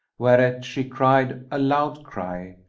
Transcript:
whereat she cried a loud cry,